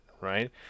right